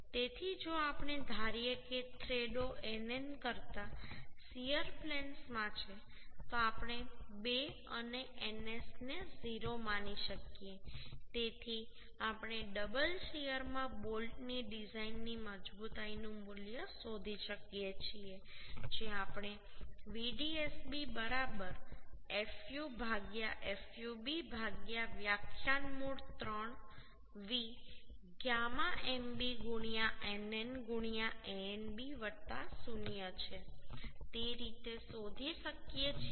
તેથી જો આપણે ધારીએ કે થ્રેડો nn કરતાં શીયર પ્લેન્સમાં છે તો આપણે 2 અને ns ને 0 માની શકીએ તેથી આપણે ડબલ શીયરમાં બોલ્ટની ડિઝાઈનની મજબૂતાઈનું મૂલ્ય શોધી શકીએ છીએ જે આપણે Vdsb બરાબર fub વ્યાખ્યાનમૂળ 3 γ mb nn Anb 0છ તે રીતે શોધી શકીએ છીએ